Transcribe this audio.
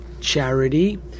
charity